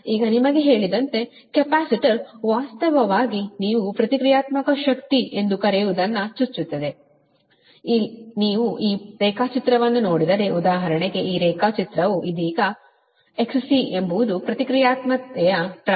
ಈಗ ನಿಮಗೆ ಹೇಳಿದಂತೆ ಕೆಪಾಸಿಟರ್ ವಾಸ್ತವವಾಗಿ ನೀವು ಪ್ರತಿಕ್ರಿಯಾತ್ಮಕ ಶಕ್ತಿ ಎಂದು ಕರೆಯುವದನ್ನು ಚುಚ್ಚುತ್ತದೆ ನೀವು ಈ ರೇಖಾಚಿತ್ರವನ್ನು ನೋಡಿದರೆ ಉದಾಹರಣೆಗೆ ಈ ರೇಖಾಚಿತ್ರವು ಇದೀಗ ಇದು XC ಎಂಬುದು ಪ್ರತಿಕ್ರಿಯಾತ್ಮಕತೆಯ ಪ್ರಮಾಣ 1ωC ಸರಿನಾ